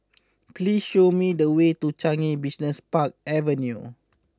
please show me the way to Changi Business Park Avenue